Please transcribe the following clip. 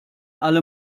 alle